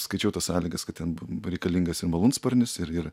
skaičiau tas sąlygas kad ten reikalingas ir malūnsparnis ir ir